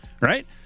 right